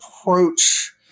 approach